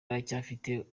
aracyafite